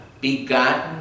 begotten